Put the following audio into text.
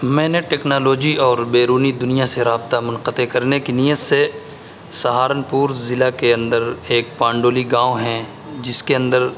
میں نے ٹیکنالوجی اور بیرونی دنیا سے رابطہ منقطع کرنے کی نیت سے سہارنپور ضلع کے اندر ایک پانڈولی گاؤں ہیں جس کے اندر